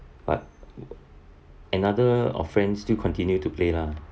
but another our friends still continue to play lah